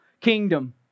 kingdom